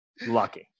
lucky